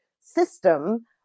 system